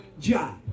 job